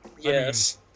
Yes